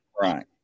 Right